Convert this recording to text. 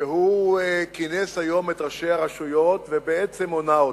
שהוא כינס היום את ראשי הרשויות ובעצם הונה אותן.